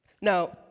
Now